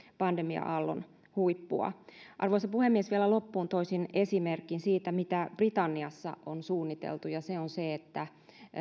pandemia aallon huippua arvoisa puhemies vielä loppuun toisin esimerkin siitä mitä britanniassa on suunniteltu ja se on se että